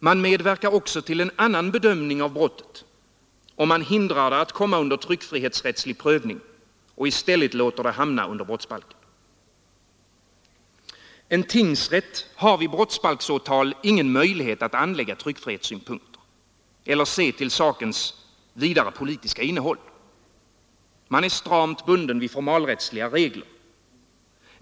Man medverkar också till en annan bedömning av brottet, om man hindrar det att komma under tryckfrihetsrättslig prövning och i stället låter det hamna under brottsbalken. En tingsrätt har vid brottsbalksåtal ingen möjlighet att anlägga tryckfrihetssynpunkter eller se till sakens politiska innehåll. Man är stramt bunden vid formalrättsliga regler.